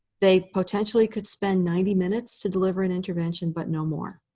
they potentially could spend ninety minutes to deliver an intervention, but no more.